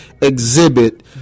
exhibit